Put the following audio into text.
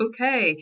Okay